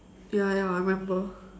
ya ya I remember